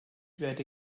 werde